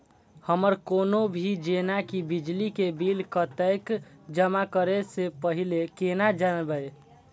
हमर कोनो भी जेना की बिजली के बिल कतैक जमा करे से पहीले केना जानबै?